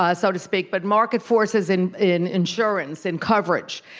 ah so to speak, but market forces in in insurance and coverage.